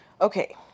Okay